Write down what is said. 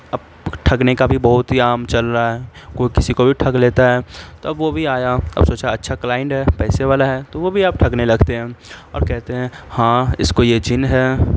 اب ٹھگنے کا بھی بہت ہی عام چل رہا ہے کوئی کسی کو بھی ٹھگ لیتا ہیں تو اب وہ بھی آیا اور سوچا اچھا کلائنڈ ہے پیسے والا ہے تو وہ بھی اب ٹھگنے لگتے ہیں اور کہتے ہیں ہاں اس کو یہ جن ہے